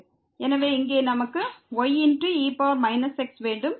எனவே இங்கே நமக்கு y e x வேண்டும்